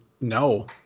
No